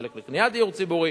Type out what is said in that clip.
חלק לקניית דיור ציבורי,